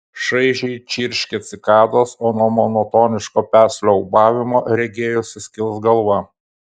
šaižiai čirškė cikados o nuo monotoniško peslio ūbavimo regėjosi skils galva